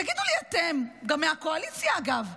תגידו אתם, גם מהקואליציה, אגב,